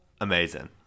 amazing